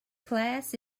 class